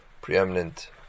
preeminent